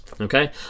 okay